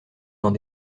dans